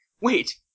wait